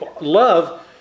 love